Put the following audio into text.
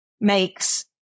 makes